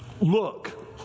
Look